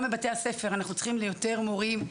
גם בבתי הספר אנחנו צריכים יותר מורים,